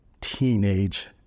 teenage